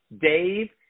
Dave